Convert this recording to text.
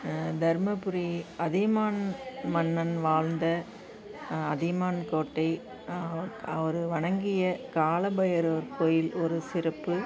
தர்மபுரி அதியமான் மன்னன் வாழ்ந்த அதியமான் கோட்டை அவர் வணங்கிய காலபைரவர் கோயில் ஒரு சிறப்பு